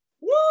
Woo